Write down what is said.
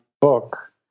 book